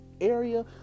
area